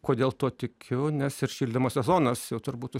kodėl tuo tikiu nes ir šildymo sezonas jau turbūt už